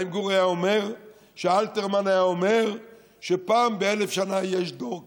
חיים גורי היה אומר שאלתרמן היה אומר שפעם באלף שנה יש דור כזה.